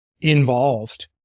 involved